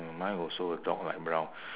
mm mine also a dog light brown